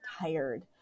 tired